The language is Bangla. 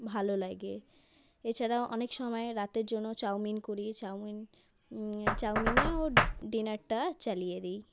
ভালো লাগে এছাড়াও অনেক সময় রাতের জন্য চাউমিন করি চাউমিন চাউমিনেও ডিনারটা চালিয়ে দিই